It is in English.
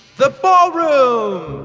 the ballroom